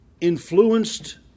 influenced